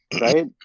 right